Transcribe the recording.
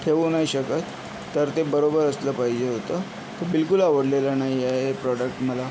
ठेवू नाही शकत तर ते बरोबर असलं पाहिजे होतं तर बिलकुल आवडलेलं नाही आहे हे प्रॉडक्ट मला